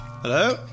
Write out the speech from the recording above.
Hello